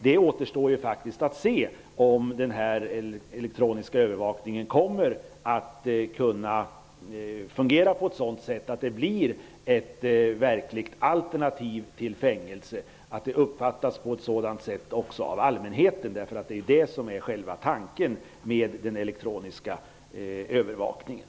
Det återstår faktiskt att se om den elektroniska övervakningen kommer att kunna fungera på ett sådant sätt att den blir ett verkligt alternativ till fängelse och att den uppfattas på ett sådant sätt också av allmänheten. Det är det som är själva tanken med den elektroniska övervakningen.